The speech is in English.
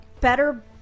Better